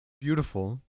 Beautiful